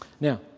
Now